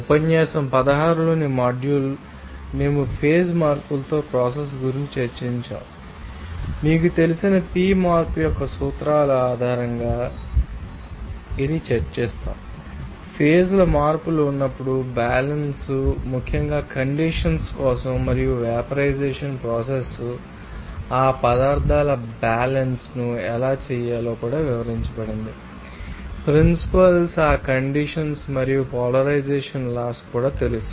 ఉపన్యాసం 16 లోని మాడ్యూల్ మేము ఫేజ్ మార్పుతో ప్రోసెస్ గురించి చర్చించాము మరియు మీకు తెలిసిన p మార్పు యొక్క సూత్రాల ఆధారంగా కూడా మీ గురించి మేము చర్చించాము మీ యొక్క వివిధ లాస్ తెలుసు ఫేజ్ ల మార్పు ఉన్నప్పుడు బ్యాలన్స్ తెలుసు ముఖ్యంగా కండెన్సషన్ కోసం మరియు వేపరై జెషన్ ప్రోసెస్ ఆ పదార్థ బ్యాలన్స్ ను ఎలా చేయాలో కూడా వివరించబడింది ప్రిన్సిపల్స్ ఆ కండెన్సషన్ మరియు పోలరైజెషన్ లాస్ మీకు తెలుసు